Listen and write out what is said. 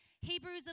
Hebrews